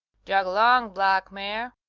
jog along, black mare,